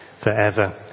forever